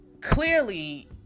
clearly